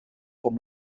com